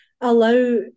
allow